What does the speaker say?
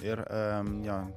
ir e jo